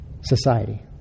society